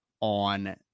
on